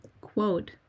quote